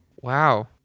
Wow